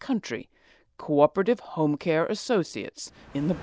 country cooperative home care associates in the